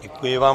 Děkuji vám.